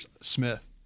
Smith